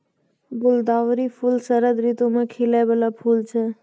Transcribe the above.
गुलदावरी फूल शरद ऋतु मे खिलै बाला फूल छै